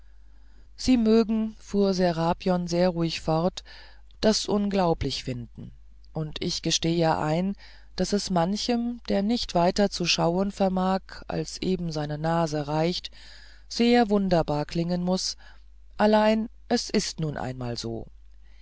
sie mögen fuhr serapion sehr ruhig fort das unglaublich finden und ich gestehe ein daß es manchem der nicht weiter zu schauen vermag als eben seine nase reicht sehr wunderbar klingen muß allein es ist nun einmal so